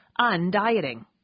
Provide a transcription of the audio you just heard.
undieting